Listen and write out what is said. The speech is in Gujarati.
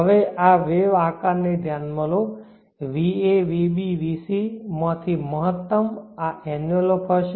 હવે આ વેવ ના આકારને ધ્યાનમાં લો va vb vc માં થી મહત્તમ આ એન્વેલોપ હશે